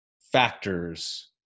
factors